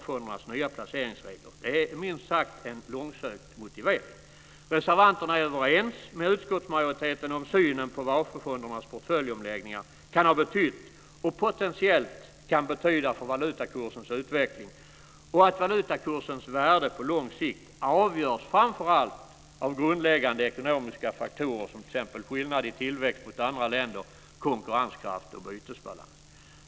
fondernas nya placeringsregler. Det är en minst sagt långsökt motivering. Reservanterna är överens med utskottsmajoriteten om synen på vad AP-fondernas portföljomläggningar kan ha betytt och potentiellt kan betyda för valutakursens utveckling och att valutakursens värde på lång sikt avgörs framför allt av grundläggande ekonomiska faktorer som t.ex. skillnad i tillväxt mot andra länder, konkurrenskraft och bytesbalans.